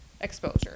exposure